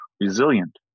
resilient